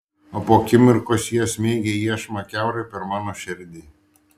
o po akimirkos jie smeigia iešmą kiaurai per mano širdį